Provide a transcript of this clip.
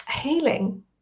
healing